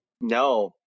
No